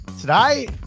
Today